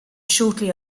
shortly